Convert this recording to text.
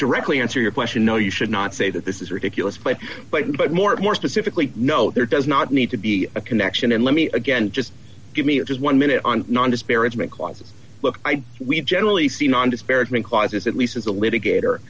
directly answer your question no you should not say that this is ridiculous but but but more and more specifically no there does not need to be a connection and let me again just give me just one minute on non disparaging clauses look we generally see non disparagement clauses at least as a litigator